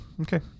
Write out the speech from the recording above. okay